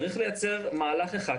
צריך לייצר מהלך אחד,